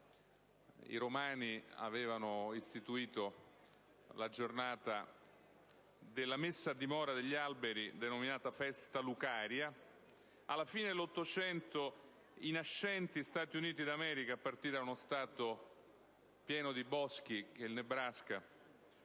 i romani avevano istituito la giornata della messa a dimora degli alberi, una festa denominata *Lucaria*; alla fine dell'Ottocento, i nascenti Stati Uniti d'America, a partire da uno Stato pieno di boschi, il Nebraska,